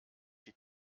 die